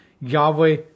Yahweh